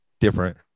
different